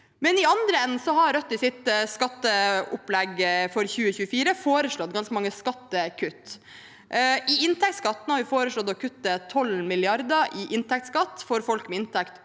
andre enden har Rødt i sitt skatteopplegg for 2024 foreslått ganske mange skattekutt. Vi har foreslått å kutte 12 mrd. kr i inntektsskatt for folk med inntekt